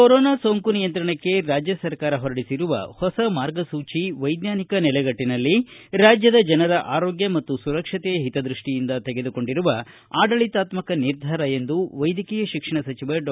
corona ಸೋಂಕು ನಿಯಂತ್ರಣಕ್ಕೆ ರಾಜ್ಯ ಸರ್ಕಾರ ಹೊರಡಿಸಿರುವ ಹೊಸ ಮಾರ್ಗಸೂಚಿ ವೈಜ್ಞಾನಿಕ ನೆಲೆಗಟ್ಟಿನಲ್ಲಿ ರಾಜ್ಯದ ಜನರ ಆರೋಗ್ಯ ಮತ್ತು ಸುರಕ್ಷತೆಯ ಹಿತದ್ವಕ್ಷಿಯಿಂದ ತೆಗೆದುಕೊಂಡಿರುವ ಆಡಳಿತಾತ್ನಕ ನಿರ್ಧಾರ ಎಂದು ವೈದ್ಯಕೀಯ ಶಿಕ್ಷಣ ಸಚಿವ ಡಾ